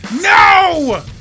No